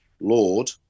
lord